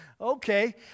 okay